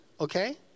okay